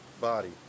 body